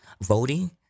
voting